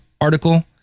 article